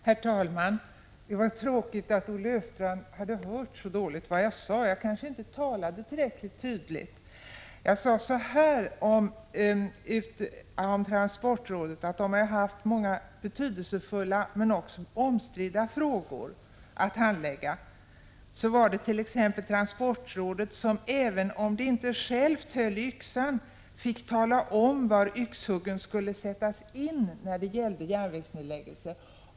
Herr talman! Det var tråkigt att Olle Östrand hörde så dåligt vad jag sade. Jag kanske inte talade tillräckligt tydligt. Jag sade att transportrådet har haft många betydelsefulla men också omstridda frågor att handlägga. Det var t.ex. transportrådet som fick tala om var yxhuggen skulle sättas in, även om det inte var transportrådet självt som höll i yxan, i fråga om järnvägsnedläggelserna.